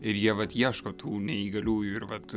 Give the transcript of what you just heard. ir jie vat ieško tų neįgaliųjų ir vat